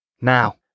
now